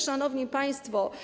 Szanowni Państwo!